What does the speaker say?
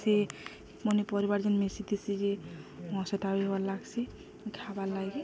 ସେ ମନେ ପରିବାର ଯେନ୍ ମିଶିଥିସି ବି ଭଲ ଲାଗସି ଖବାର୍ ଲାଗି